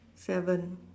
seven